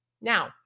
Now